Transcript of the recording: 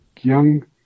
young